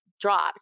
dropped